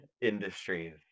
industries